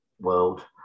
world